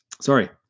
Sorry